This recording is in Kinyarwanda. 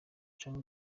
cane